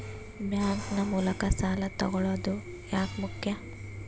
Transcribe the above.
Bank ನ ಮೂಲಕ ಸಾಲ ತಗೊಳ್ಳೋದು ಯಾಕ ಮುಖ್ಯ?